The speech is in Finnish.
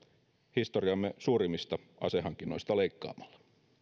historiamme suurimmista asehankinnoista leikkaamalla